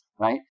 Right